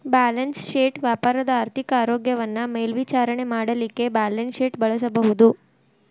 balance sheet ವ್ಯಾಪಾರದ ಆರ್ಥಿಕ ಆರೋಗ್ಯವನ್ನ ಮೇಲ್ವಿಚಾರಣೆ ಮಾಡಲಿಕ್ಕೆ ಬ್ಯಾಲನ್ಸ್ಶೇಟ್ ಬಳಸಬಹುದು